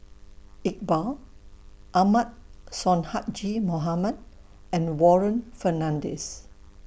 Iqbal Ahmad Sonhadji Mohamad and Warren Fernandez